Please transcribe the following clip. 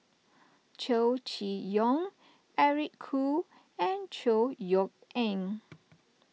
Chow Chee Yong Eric Khoo and Chor Yeok Eng